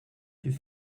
plus